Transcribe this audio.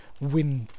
win